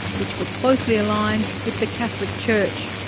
which were closely aligned with the catholic church.